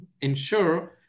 ensure